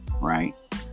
right